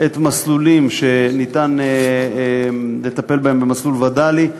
את המסלולים שאפשר לטפל בהם במסלול וד"לי,